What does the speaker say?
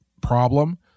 problem